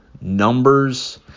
numbers